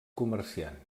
comerciant